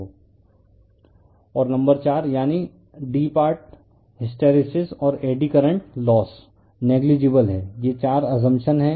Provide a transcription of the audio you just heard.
refer slide time 0553 और number 4 यानी d part hysteresis और एड़ी करंट लोस नेग्लिजिबल हैं ये 4 अस्संपशन हैं